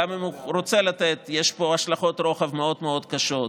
גם אם הוא רוצה לתת יש פה השלכות רוחב מאוד מאוד קשות.